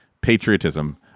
patriotism